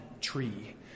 tree